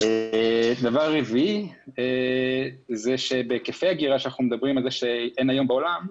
דבר רביעי הוא שבהיקפי האגירה שאנחנו מדברים שאין היום בעולם,